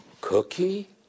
cookie